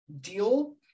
deal